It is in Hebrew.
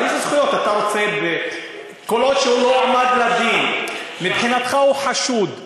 כל עוד הוא לא הועמד לדין, מבחינתך הוא חשוד.